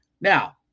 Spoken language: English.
Now